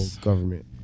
government